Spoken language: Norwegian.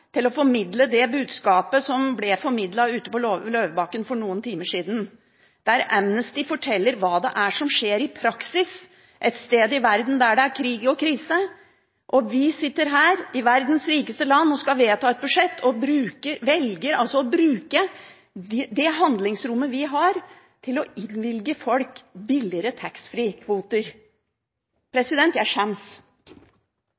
til å formidle det budskapet som ble formidlet ute på Løvebakken for noen timer siden, der Amnesty fortalte hva som skjer i praksis et sted i verden der det er krig og krise, mens vi sitter her i verdens rikeste land og skal vedta et budsjett og altså velger å bruke det handlingsrommet vi har, til å innvilge folk billigere